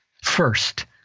First